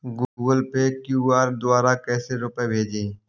Google Pay QR द्वारा कैसे रूपए भेजें?